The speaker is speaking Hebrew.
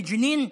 בג'נין?